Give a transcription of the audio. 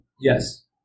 Yes